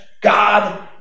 God